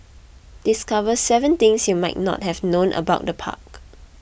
discover seven things you might not have known about the park